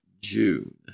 June